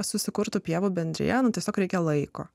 susikurtų pievų bendrijas tiesiog reikia laiko